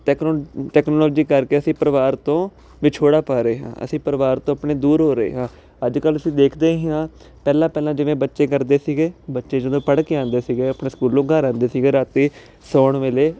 technology ਕਰਕੇ ਅਸੀਂ ਪਰਿਵਾਰ ਤੋਂ ਵਿਛੋੜਾ ਪਾ ਰਹੇ ਹਾਂ ਅਸੀਂ ਪਰਿਵਾਰ ਤੋਂ ਆਪਣੇ ਦੂਰ ਹੋ ਰਹੇ ਹਾਂ ਅੱਜ ਕੱਲ ਅਸੀਂ ਦੇਖਦੇ ਹੀ ਹਾਂ ਪਹਿਲਾ ਪਹਿਲਾਂ ਜਿਵੇਂ ਬੱਚੇ ਕਰਦੇ ਸੀਗੇ ਬੱਚੇ ਜਦੋਂ ਪੜ੍ਹ ਕੇ ਆਉਂਦੇ ਸੀਗੇ ਆਪਣੇ ਸਕੂਲੋਂ ਘਰ ਆਉਂਦੇ ਸੀਗੇ ਰਾਤੇ ਸੌਣ ਵੇਲੇ